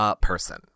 person